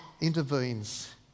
intervenes